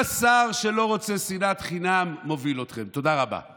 אבל בעיניי החוק החמור ביותר הוא עניין חוק הדיינים.